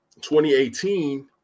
2018